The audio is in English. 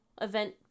event